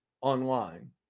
online